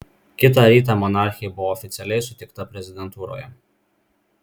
kitą rytą monarchė buvo oficialiai sutikta prezidentūroje